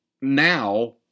Now